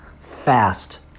Fast